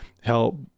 help